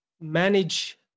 manage